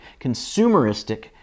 consumeristic